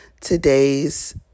Today's